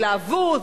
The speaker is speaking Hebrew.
בהתלהבות,